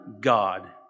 God